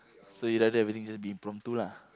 so you rather everything just be impromptu lah